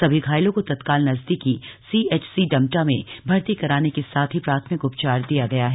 समी घायलों को तत्काल नजदीकी सीएचसी डमटा में भर्ती कराने के साथ ही प्राथमिक उपचार दिया गया है